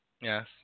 Yes